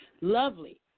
Lovely